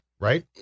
right